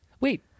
Wait